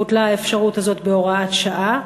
בוטלה האפשרות הזאת בהוראת שעה.